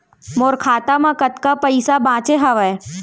मोर खाता मा कतका पइसा बांचे हवय?